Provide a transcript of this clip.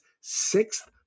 sixth